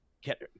get